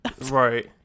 Right